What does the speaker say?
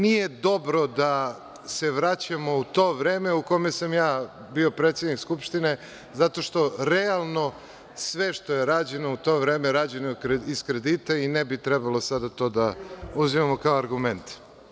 Nije dobro da se vraćamo u to vreme, u kome sam bio predsednik Skupštine, zato što, realno, sve što je rađeno u to vreme, rađeno je iz kredita, i ne bi trebalo sada to da uzimamo kao argument.